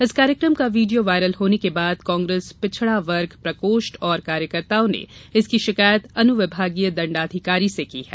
इस कार्यक्रम का वीडियो वायरल होने के बाद कांग्रेस पिछड़ा वर्ग प्रकोष्ठ और कार्यकर्ताओं ने इसकी शिकायत अनुविभागीय दंडाधिकारी से की है